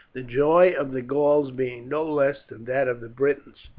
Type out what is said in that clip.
the joy of the gauls being no less than that of the britons.